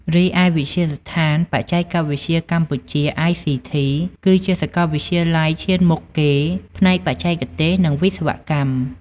រីឯ វិទ្យាស្ថានបច្ចេកវិទ្យាកម្ពុជា ITC គឺជាសាកលវិទ្យាល័យឈានមុខគេផ្នែកបច្ចេកទេស និងវិស្វកម្ម។